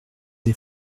des